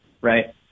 right